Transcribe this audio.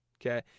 okay